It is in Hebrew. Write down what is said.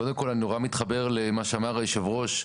קודם כל, אני נורא מתחבר למה שאמר יושב הראש,